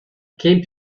came